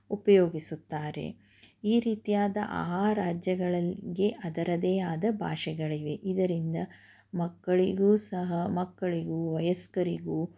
ಉಪಯೋಗಿಸುತ್ತಾರೆ ಈ ರೀತಿಯಾದ ಆ ಆ ರಾಜ್ಯಗಳಿಗೆ ಅದರದೇ ಆದ ಭಾಷೆಗಳಿವೆ ಇದರಿಂದ ಮಕ್ಕಳಿಗೂ ಸಹ ಮಕ್ಕಳಿಗೂ ವಯಸ್ಕರಿಗೂ